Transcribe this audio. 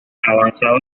avanzado